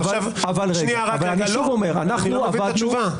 אבל אני שוב אומר --- אני לא מבין את התשובה.